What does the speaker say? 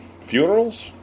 Funerals